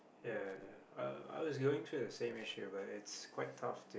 ya I I was going through the same issue but it's quite tough too